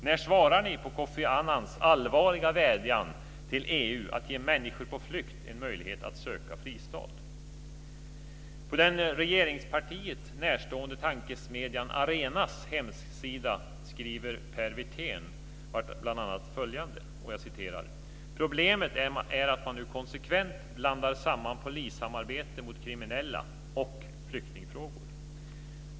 När svarar ni på Kofi Annans allvarliga vädjan till EU att ge människor på flykt en möjlighet att söka fristad? Arenas hemsida skriver Per Wirtén bl.a. följande: "Problemet är ... att man nu konsekvent blandar samman polissamarbete mot kriminella och flyktingfrågor.